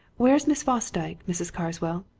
where is miss fosdyke mrs. carswell?